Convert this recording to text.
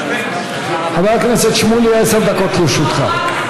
חבר הכנסת שמולי, עשר דקות לרשותך.